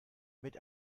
mit